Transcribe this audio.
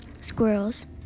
squirrels